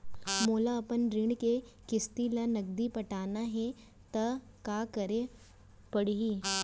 मोला अपन ऋण के किसती ला नगदी पटाना हे ता का करे पड़ही?